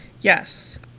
yes